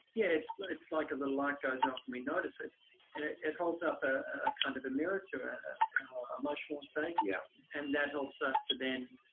yes. it's like a little light goes off and we notice it and it holds up a kind of a mirror to and our emotional state. yeah and that helps us to then